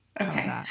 okay